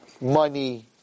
money